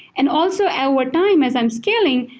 and also, our time as i'm scaling,